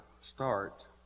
start